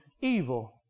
evil